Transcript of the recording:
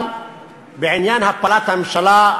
אבל בעניין הפלת הממשלה,